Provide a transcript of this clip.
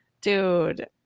dude